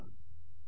విద్యార్థి Ni